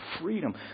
freedom